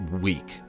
week